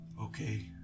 Okay